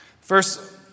First